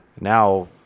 Now